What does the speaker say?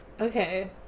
Okay